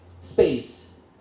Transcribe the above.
space